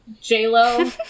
J-Lo